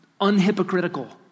unhypocritical